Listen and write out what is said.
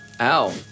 Ow